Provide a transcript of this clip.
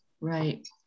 Right